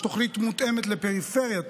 יש תוכנית מותאמת לפריפריה,